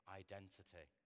identity